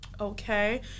Okay